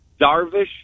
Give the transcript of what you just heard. Darvish